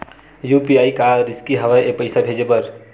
UPI का रिसकी हंव ए पईसा भेजे बर?